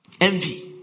envy